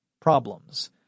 problems